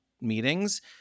meetings